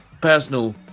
personal